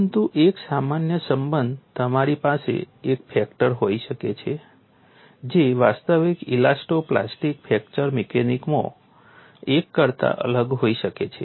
પરંતુ એક સામાન્ય સંબંધ તમારી પાસે એક ફેક્ટર હોઈ શકે છે જે વાસ્તવિક ઇલાસ્ટો પ્લાસ્ટિક ફ્રેક્ચર મિકેનિક્સમાં એક કરતા અલગ હોઈ શકે છે